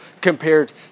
compared